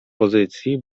pozycji